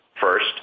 First